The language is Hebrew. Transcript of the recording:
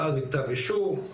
ואז כתב אישום,